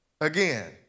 again